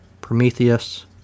Prometheus